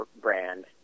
brand